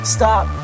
Stop